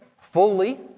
fully